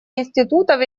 институтов